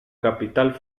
capital